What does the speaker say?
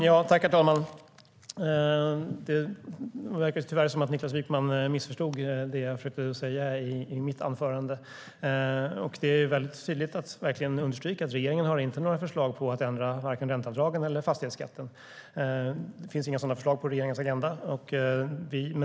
Herr talman! Det verkar tyvärr som att Niklas Wykman missförstod det jag försökte säga i mitt anförande. Det är väldigt tydligt. Jag vill verkligen understryka att regeringen inte har några förslag på att ändra vare sig ränteavdragen eller fastighetsskatten. Det finns inga sådana förslag på regeringens agenda.